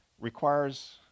requires